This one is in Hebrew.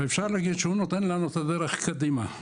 ואפשר להגיד שהוא נותן לנו את הדרך קדימה.